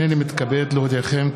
הנני מתכבד להודיעכם,